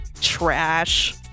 Trash